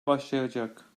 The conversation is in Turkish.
başlayacak